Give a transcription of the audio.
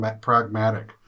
pragmatic